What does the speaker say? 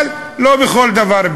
אבל לא בכל דבר.